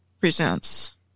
presents